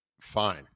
Fine